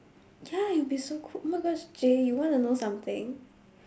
ya it'll be so cool oh my gosh J you wanna know something